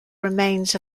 remains